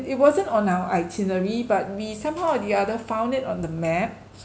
it wasn't on our itinerary but be somehow the other found it on the